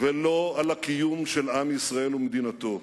ולא על הקיום של עם ישראל ומדינתו.